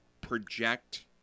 project